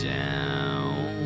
down